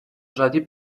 usati